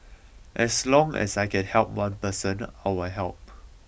as long as I can help one person I will help